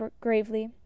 gravely